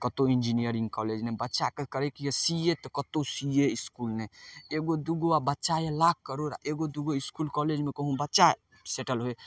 कतहु engineering college नहि बच्चाके करैके यऽ सी ए तऽ कतहु सी ए इसकुल नहि एगो दुइगो आब बच्चा यऽ लाख करोड़ आओर एगो दुइगो इसकुल कॉलेजमे कहूँ बच्चा सेटल होइ